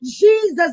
Jesus